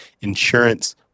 insurance